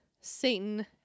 Satan